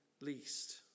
least